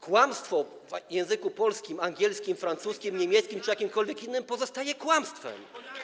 Kłamstwo w języku polskim, angielskim, francuskim, niemieckim czy jakimkolwiek innym pozostaje kłamstwem.